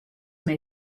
may